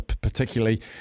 particularly